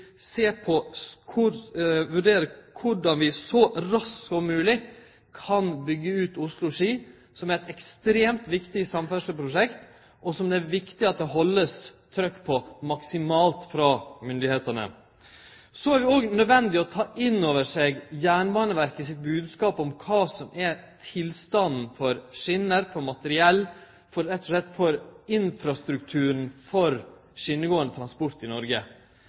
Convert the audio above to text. som er eit ekstremt viktig samferdselsprosjekt, og som det er viktig at myndigheitene held maksimalt trykk på. Det er òg nødvendig å ta inn over seg Jernbaneverket sin bodskap om tilstanden for skjener og materiell, rett og slett for infrastrukturen for skjenegåande transport i